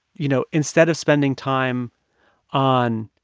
you know, instead of spending time on